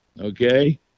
Okay